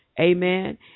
Amen